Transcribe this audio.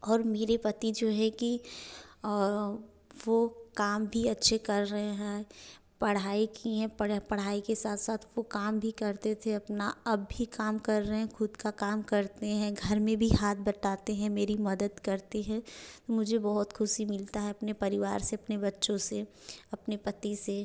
और मेरे पति जो हैं कि और वह काम भी अच्छे कर रहे हैं पढ़ाई की हैं पढ़ पढ़ाई के साथ साथ वह काम भी करते थे अपना अब भी काम कर रहे हैं खुद का काम करते हैं घर में भी हाथ बटाते हैं मेरी मदद करते हैं मुझे बहुत खुशी मिलता है अपने परिवार से अपने बच्चों से अपने पति से